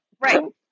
Right